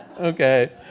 okay